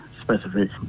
specific